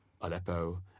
Aleppo